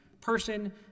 person